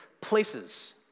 places